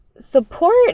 support